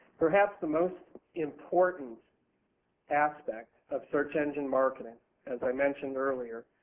perhaps the most important aspect of search engine marketing as i mentioned earlier,